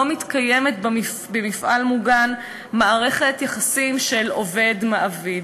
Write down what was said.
לא מתקיימת במפעל מוגן מערכת יחסים של עובד מעביד,